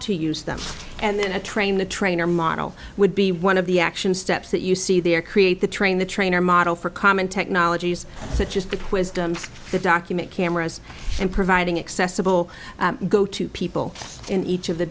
to use them and then to train the trainer model would be one of the action steps that you see there create the train the trainer model for common technologies such as the wisdom of the document cameras and providing accessible go to people in each of the